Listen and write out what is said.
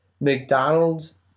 McDonald's